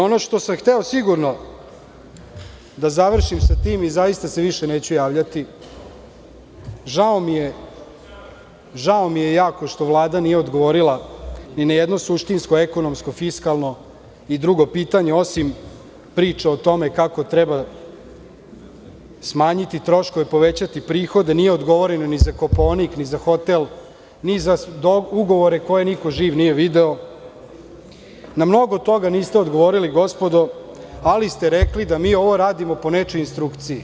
Ono što sam hteo sigurno da završim sa tim i zaista se više neću javljati, žao mi je jako što Vlada nije odgovorila i na jedno suštinsko, ekonomsko, fiskalno i drugo pitanje, osim priče o tome kako treba smanjiti troškove, povećati prihode, nije odgovoreno ni za Kopaonik, ni za hotel, ni za ugovore koje niko živ nije video, na mnogo toga niste odgovorili gospodo, ali ste rekli da mi ovo radimo po nečijoj instrukciji.